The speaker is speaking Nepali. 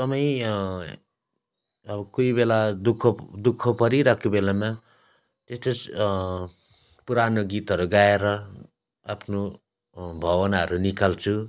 एकदमै अब कोही बेला दु ख दु ख परिरहेको बेलामा त्यस्तो पुरानो गीतहरू गाएर आफ्नो भावनाहरू निकाल्छु